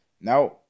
now